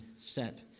set